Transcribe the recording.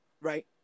right